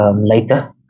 later